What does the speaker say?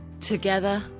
together